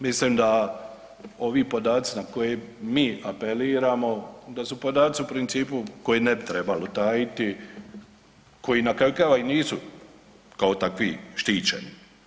Mislim da ovi podaci na koje mi apeliramo da su podaci u principu koje ne bi trebalo tajiti, koji na kraju krajeva i nisu kao takvi štićeni.